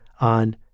on